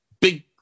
big